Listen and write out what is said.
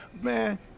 man